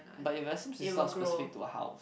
but investment is not specific to a house